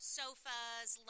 sofas